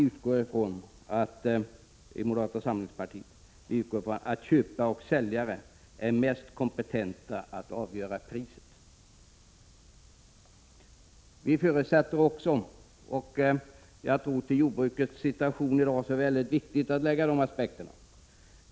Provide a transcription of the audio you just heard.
Jag vill anföra några synpunkter på detta med prisprövning. Vi i moderata samlingspartiet utgår från att köpare och säljare är mest kompetenta att avgöra priset.